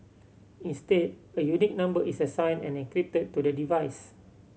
instead a unique number is assigned and encrypted to the device